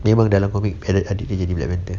memang dalam komik adik jadi black panther